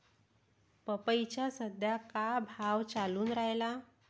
पपईचा सद्या का भाव चालून रायला?